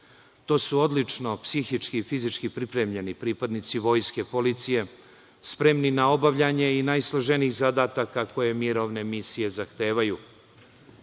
To su odlično psihički i fizički pripremljeni pripadnici Vojske policije, spremni na obavljanje i najsloženijih zadataka koje mirovne misije zahtevaju. Srpski